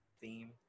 theme